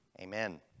Amen